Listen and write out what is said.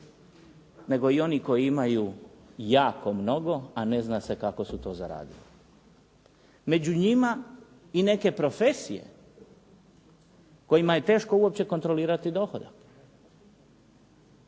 nego i oni koji imaju jako mnogo a ne zna se kako su to zaradili. Među njima i neke profesije kojima je teško uopće kontrolirati dohodak.